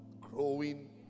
growing